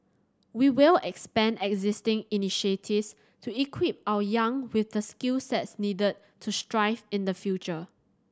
we will expand existing initiatives to equip our young with the skill sets needed to thrive in the future